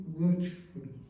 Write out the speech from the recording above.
watchful